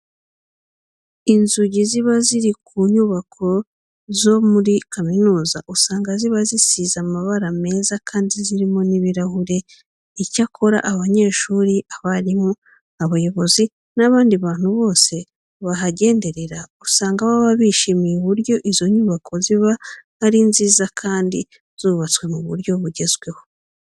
Inzugi ziba ziri ku nyubako zo muri kaminuza usanga ziba zisize amabara meza kandi zirimo n'ibirahure. Icyakora abanyeshuri, abarimu, abayobozi n'abandi bantu bose bahagenderera usanga baba bishimiye uburyo izo nyubako ziba ari nziza kandi zubatswe mu buryo bugezweho.